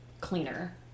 cleaner